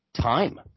time